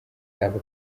aba